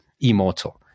immortal